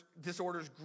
disorders